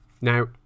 Now